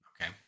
Okay